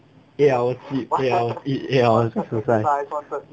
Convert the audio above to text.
eight hour sleep eight hour eat eight hour exercise